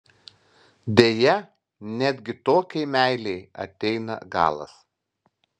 deja netgi tokiai meilei ateina galas